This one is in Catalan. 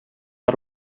per